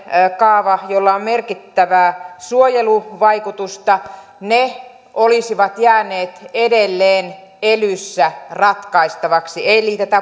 kaava jolla on merkittävää suojeluvaikutusta olisivat jääneet edelleen elyssä ratkaistavaksi eli näitä